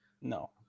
No